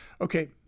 Okay